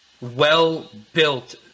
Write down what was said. well-built